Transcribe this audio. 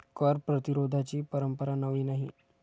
कर प्रतिरोधाची परंपरा नवी नाही